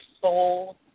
soul